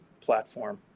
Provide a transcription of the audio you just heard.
platform